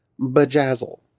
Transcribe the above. Bajazzle